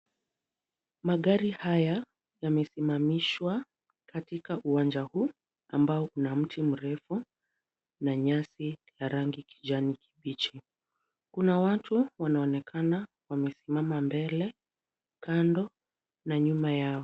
Magari haya yamesimamishwa katika uwanja huu ambao una mti mrefu na nyasi ya rangi kijani kibichi. Kuna watu wanaonekana wamesimama mbele, kando na nyuma yao.